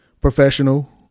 professional